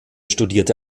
studierte